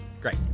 Great